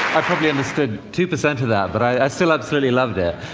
i probably understood two percent of that, but i still absolutely loved it.